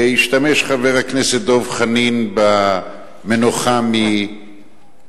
השתמש חבר הכנסת דב חנין במנוחה מבילעין.